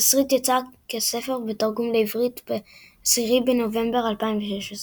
התסריט יצא כספר בתרגום לעברית ב־10 בנובמבר 2016.